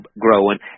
growing